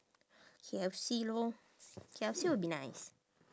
kfc lor kfc will be nice